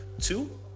Two